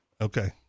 Okay